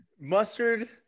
Mustard